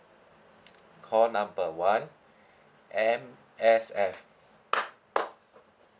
call number one M_S_F